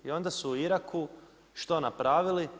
I onda su u Iraku što napravili?